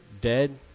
dead